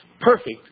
perfect